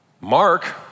Mark